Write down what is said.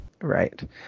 Right